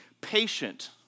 patient